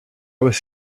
was